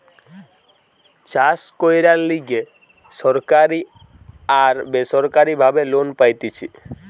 চাষ কইরার লিগে সরকারি আর বেসরকারি ভাবে লোন পাইতেছি